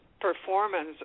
performance